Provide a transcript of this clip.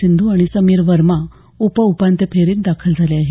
सिंधू आणि समीर वर्मा उपउपांत्यपूर्व फेरीत दाखल झाले आहेत